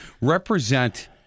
represent